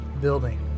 building